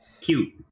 cute